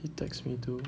he text me too